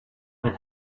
man